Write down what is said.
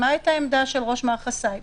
שמע את העמדה של ראש מערך הסייבר.